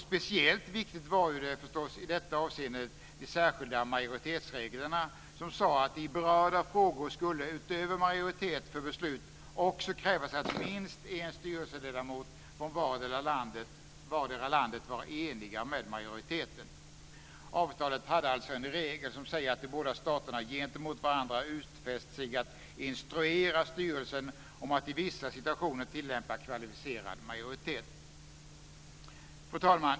Speciellt viktigt var ju förstås i detta avseende de särskilda majoritetsreglerna, som sade att i berörda frågor skulle utöver majoritet för beslut också krävas att minst en styrelseledamot från vardera landet var eniga med majoriteten. Avtalet hade alltså en regel som säger att de båda staterna gentemot varandra utfäst sig att instruera styrelsen om att i vissa situationer tillämpa kvalificerad majoritet. Fru talman!